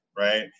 Right